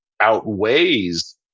outweighs